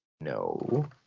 No